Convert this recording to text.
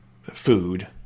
food